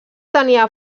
tenia